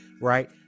right